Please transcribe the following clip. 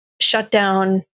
shutdown